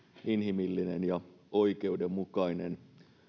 inhimillinen ja oikeudenmukainen